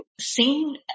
seen